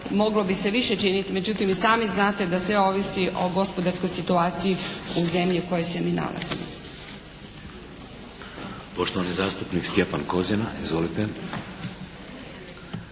moglo bi se više činiti. Međutim, vi sami znate da sve ovisi o gospodarskoj situaciji u zemlji u kojoj se mi nalazimo. **Šeks, Vladimir (HDZ)** Poštovani zastupnik Stjepan Kozina. Izvolite.